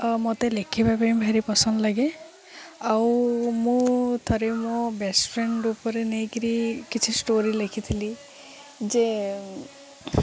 ମୋତେ ଲେଖିବା ପାଇଁ ଭାରି ପସନ୍ଦ ଲାଗେ ଆଉ ମୁଁ ଥରେ ମୋ ବେଷ୍ଟ ଫ୍ରେଣ୍ଡ ଉପରେ ନେଇକିରି କିଛି ଷ୍ଟୋରୀ ଲେଖିଥିଲି ଯେ